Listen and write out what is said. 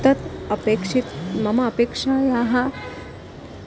तत् अपेक्षि मम अपेक्षायाः